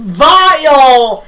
vile